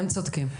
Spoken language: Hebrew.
אתם צודקים.